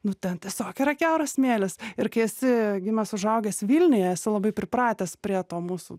nu ten tiesiog yra kiauras smėlis ir kai esi gimęs užaugęs vilniuje esu labai pripratęs prie to mūsų